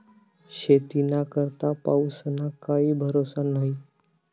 शेतीना करता पाऊसना काई भरोसा न्हई